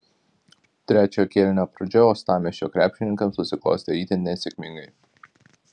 trečiojo kėlinio pradžia uostamiesčio krepšininkams susiklostė itin nesėkmingai